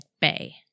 bay